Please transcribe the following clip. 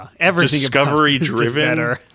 discovery-driven